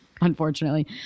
unfortunately